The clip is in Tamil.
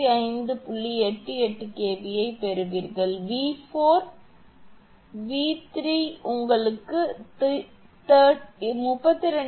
88 kV ஐப் பெறுவீர்கள் 𝑣4 𝑉4 க்கு சமம் 𝑉3 உங்களுக்கு 32